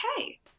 okay